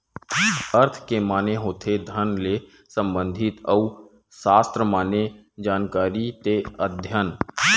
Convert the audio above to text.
अर्थ के माने होथे धन ले संबंधित अउ सास्त्र माने जानकारी ते अध्ययन